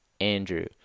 Andrew